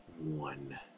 One